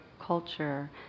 culture